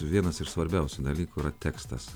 vienas iš svarbiausių dalykų yra tekstas